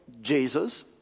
Jesus